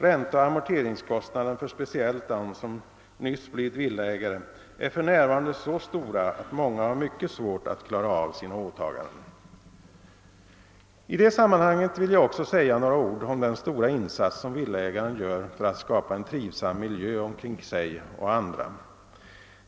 Ränteoch amorteringskostnaden för speciellt dem som nyss blivit villaägare är för närvarande så stor att många har mycket svårt att klara av sina åtaganden. I detta sammanhang vill jag säga några ord om den stora insats som villaägaren gör för att skapa en trivsam miljö omkring sig och andra.